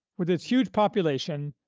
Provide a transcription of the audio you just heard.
with its huge population,